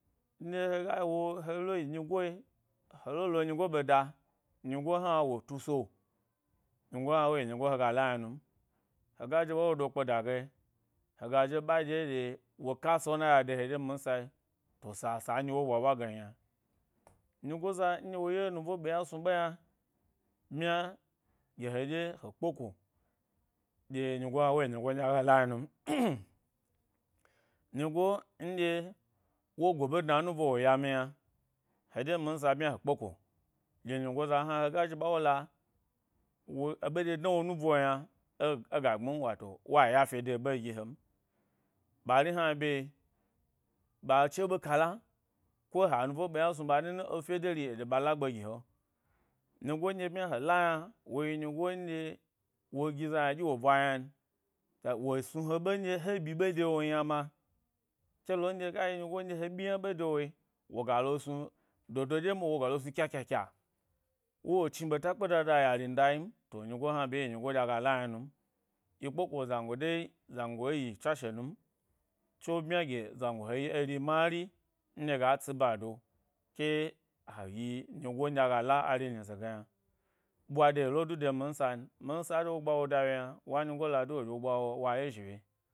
Nɗye haga wo helo yi nyi goe, helo lo nyigo beda nyigo hna wo tuso nyigo hna wo yi nyigo hega la yna num hega zhi ɓa wo do kpeda ge hega zhi he ɓa ɗye dye wok a sona ya de he dye minsa to sasa wu ɓwa ɓwa gem yna. Nyigo nɗye wo ye nubo ɓi yna snu ɓe yna bmya gye heɗye he kpeko, ɗye nyigo hna wogi nyigo nɗye aga la yna num nyigo nɗye wo go ɓe cha enube wo yam yna he ɗye minsa ɓanya he kpeko, dye nyigo za hna he zhi ɓa wo la, wo, ɓe ɗye dna wo nubo yna ẻ ẻ ga gbmi m wato wa yakpe eɓegi hen. Ɓari hna bye ɓa che ɓe kaka ko ha nubo ɓi yna snu ɓa nimi efye deri a ɗye ɓa la’gbe gi he nyigo ɗye bmya he la yna, wo yi nyigo ndye wo gi za ynadyi wo. Bwa yon, wo snu he ɓe ndye he byi ɓe de wom yna ma, ke long a yi nyigo nɗye he byi yna ɓe de wo yi woga lo snu dodo ɗye ma woga lo snu kyakya, wo chni ɓeta kpe dada yanin da yin, to nyigo hna bye yi nyigo nɗye a ga la ynamnu, yi kpeko zango de, zango yi tswashe num, tso byma bmya gye zango he yi eri mari nɗye ga tsi bado, ke he yi, nyigo nɗye aga la are nyize ge yna. Ɓwa de yi lo du de minsan, minsa nɗye wo gba woda ye yna wa nyigo la du aɗye wo gba wo azhi wye.